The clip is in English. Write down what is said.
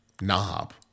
knob